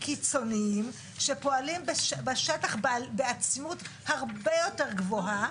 קיצוניים שפועלים בשטח בעצימות הרבה יותר גבוהה.